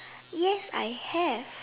yes I have